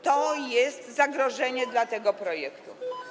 To jest zagrożenie dla tego projektu.